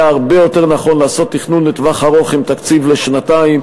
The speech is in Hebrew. היה הרבה יותר נכון לעשות תכנון לטווח ארוך עם תקציב לשנתיים,